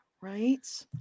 right